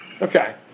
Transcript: Okay